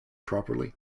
properly